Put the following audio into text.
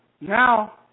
Now